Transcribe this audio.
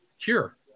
cure